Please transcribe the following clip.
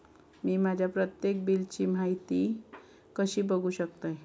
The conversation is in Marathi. मी माझ्या प्रत्येक बिलची माहिती कशी बघू शकतय?